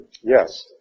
Yes